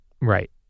Right